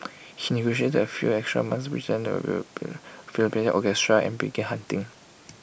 he negotiated A few extra months which Philadelphia orchestra and began hunting